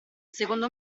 secondo